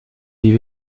die